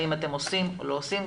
האם אתם עושים או לא עושים.